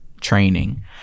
training